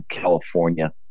California